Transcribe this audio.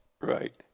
Right